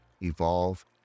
evolve